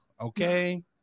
okay